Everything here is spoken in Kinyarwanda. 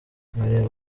nkareba